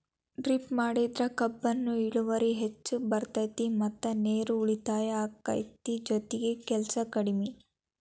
drip ಮಾಡಿದ್ರ ಕಬ್ಬುನ ಇಳುವರಿ ಹೆಚ್ಚ ಬರ್ತೈತಿ ಮತ್ತ ನೇರು ಉಳಿತಾಯ ಅಕೈತಿ ಜೊತಿಗೆ ಕೆಲ್ಸು ಕಡ್ಮಿ